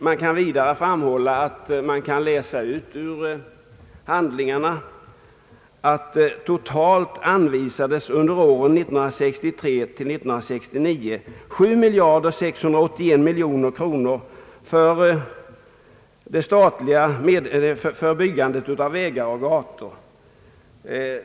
Jag vill vidare framhålla att man kan läsa ut ur handlingarna att under åren 1963 till 1969 totalt anvisades 7 681 miljoner kronor för byggandet av vägar och gator.